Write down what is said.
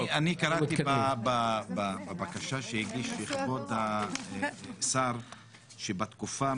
אני קראתי בבקשה שהגיש כבוד השר שבתקופה